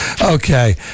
Okay